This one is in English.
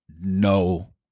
no